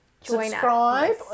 subscribe